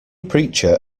preacher